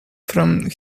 from